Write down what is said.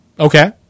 Okay